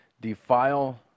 Defile